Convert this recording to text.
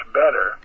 better